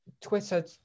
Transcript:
Twitter